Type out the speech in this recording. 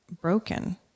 broken